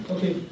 Okay